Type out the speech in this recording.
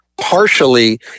partially